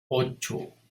ocho